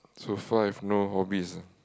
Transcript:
so far I've no hobbies ah